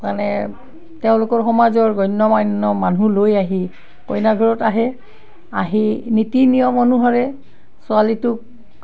মানে তেওঁলোকৰ সমাজৰ গণ্য মান্য মানুহ লৈ আহি কইনা ঘৰত আহে আহি নীতি নিয়ম অনুসাৰে ছোৱালীটোক